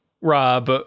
Rob